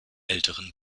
älteren